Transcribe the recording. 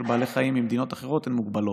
בעלי חיים ממדינות אחרות הן מוגבלות,